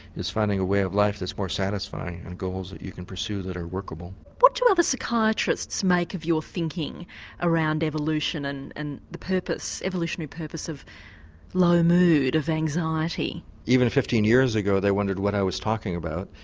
is finding a way of life that is more satisfying and goals that we can pursue that are workable. what do other psychiatrists make of your thinking around evolution and and the purpose, the evolutionary purpose of low mood, of anxiety? even fifteen years ago they wondered what i was talking about,